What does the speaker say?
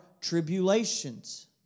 tribulations